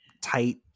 tight